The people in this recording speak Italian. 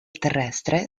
terrestre